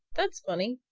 that's funny!